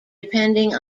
depending